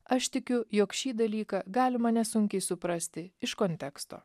aš tikiu jog šį dalyką galima nesunkiai suprasti iš konteksto